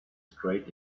straight